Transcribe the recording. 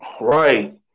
Right